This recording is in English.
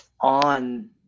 on